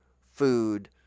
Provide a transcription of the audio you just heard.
food